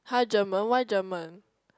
[huh] German why German